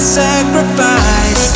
sacrifice